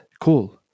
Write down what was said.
cool